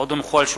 ורוברט אילטוב,